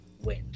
win